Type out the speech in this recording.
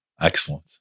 Excellent